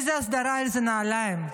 איזה הסדרה ואיזה נעליים.